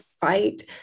fight